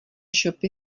shopy